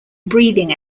breathing